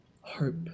hope